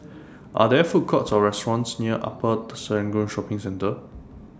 Are There Food Courts Or restaurants near Upper Serangoon Shopping Centre